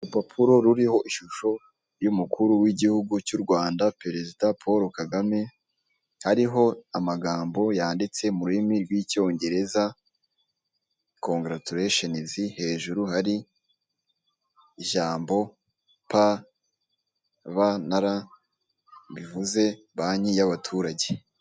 Urupapuro ruriho ishusho y'umukuru w'igihugu cy'u Rwanda perezida Paul KAGAME, ariho amagambo yanditse mu rurimi rw'icyongereza kongaratureshenizi, hejuru hari ijambo pa ba na ra, bivuze banki y'abaturage.